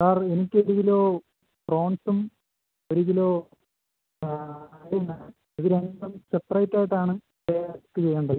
sir എനിക്ക് ഒരു kilo പ്രോൺസും ഒരു കിലോ ക്രാബും വേണം ഇത് രണ്ടും സെപ്പറേറ്റായിട്ടാണ് പാക്ക് ചെയ്യേണ്ടത്